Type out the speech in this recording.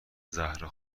زهرا